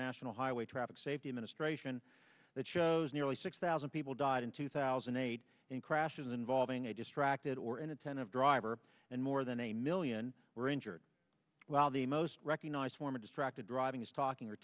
national highway traffic safety administration that shows nearly six thousand people died in two thousand and eight in crashes involving a distracted or inattentive driver and more than a million were injured while the most recognised form of distracted driving is talking or